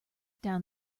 down